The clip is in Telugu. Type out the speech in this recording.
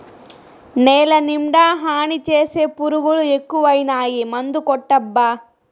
నేలనిండా హాని చేసే పురుగులు ఎక్కువైనాయి మందుకొట్టబ్బా